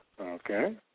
Okay